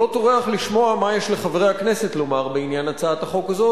לא טורח לשמוע מה יש לחברי הכנסת לומר בעניין הצעת החוק הזו.